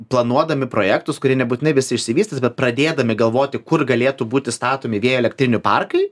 planuodami projektus kurie nebūtinai visi išsivystys bet pradėdami galvoti kur galėtų būti statomi vėjo elektrinių parkai